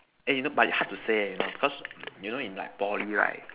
eh you know but hard to say eh cause you know because you know in like Poly right